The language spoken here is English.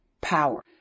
power